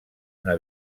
una